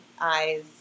eyes